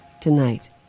Tonight